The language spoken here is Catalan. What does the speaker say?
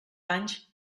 anys